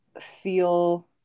feel